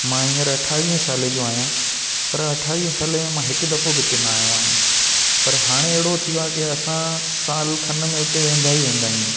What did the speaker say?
मां हींअर अठावीहें सालें जो आहियां पर अठावीहें सालें में मां हिकु दफ़ो बि हिते न आयो आहियां पर हाणे अहिड़ो थी वियो आहे की असां साल खन में उते वेंदा ई वेंदा आहियूं